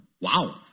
Wow